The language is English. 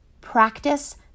Practice